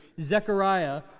Zechariah